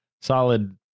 solid